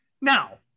Now